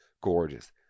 gorgeous